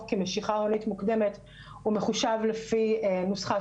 כמשיכה הונית מוקדמת הוא מחושב לפי נוסחה,